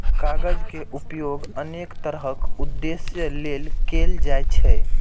कागज के उपयोग अनेक तरहक उद्देश्य लेल कैल जाइ छै